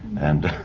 and.